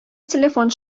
телефон